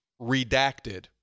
redacted